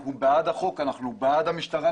אנחנו בעד החוק ובעד המשטרה,